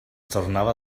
tornava